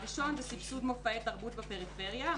הראשון זה סבסוד מופעי תרבות בפריפריה,